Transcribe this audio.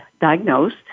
diagnosed